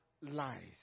lies